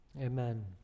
amen